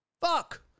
Fuck